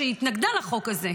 שהיא התנגדה לחוק הזה.